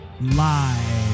live